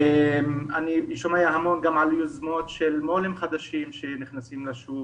אני שומע המון גם על יוזמות של מו"לים חדשים שנכנסים לשוק,